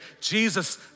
Jesus